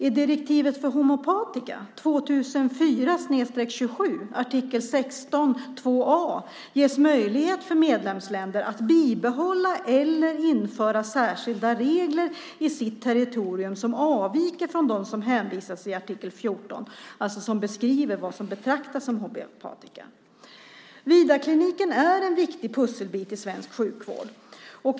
I direktivet för homeopatika, 2004 2A, ges möjlighet för medlemsländer att behålla eller införa särskilda regler i sitt territorium som avviker från dem som det hänvisas till i artikel 14, alltså som beskriver vad som betraktas som homeopatika. Vidarkliniken är en viktig pusselbit i svensk sjukvård.